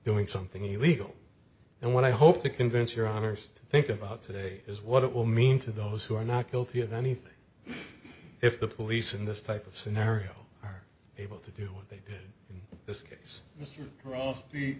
doing something illegal and what i hope to convince your honour's to think about today is what it will mean to those who are not guilty of anything if the police in this type of scenario are able to do what they did in this case th